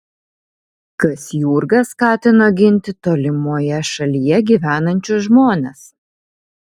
kas jurgą skatino ginti tolimoje šalyje gyvenančius žmones